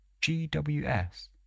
GWS